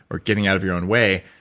or getting out of your own way.